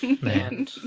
Man